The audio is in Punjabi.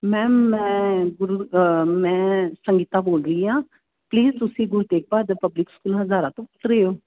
ਮੈਮ ਮੈਂ ਮੈਂ ਸੰਗੀਤਾ ਬੋਲ ਰਹੀ ਹਾਂ ਪਲੀਜ਼ ਤੁਸੀਂ ਗੁਰੂ ਤੇਗ ਬਹਾਦਰ ਪਬਲਿਕ ਸਕੂਲ ਹਜ਼ਾਰਾ ਤੋਂ ਬੋਲ ਰਹੇ ਓ